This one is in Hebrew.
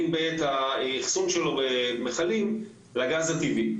אם בעת האחסון שלו במיכלים לגז הטבעי.